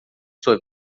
sua